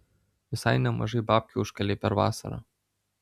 visai nemažai babkių užkalei per vasarą